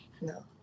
No